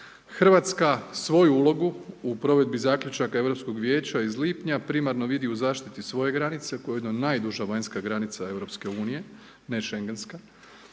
Hrvatska svoju ulogu u provedbi zaključaka Europskog vijeća iz lipnja primarno vidi u zaštiti svoje granice koja je ujedno najduža vanjska granica Europske unije, ne Šengenska